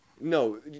No